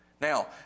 Now